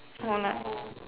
or like